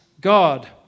God